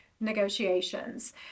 negotiations